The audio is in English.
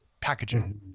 packaging